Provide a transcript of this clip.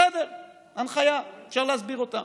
בסדר, הנחיה, אפשר להסביר אותה.